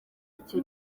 icyo